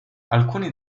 alcuni